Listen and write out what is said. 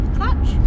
Clutch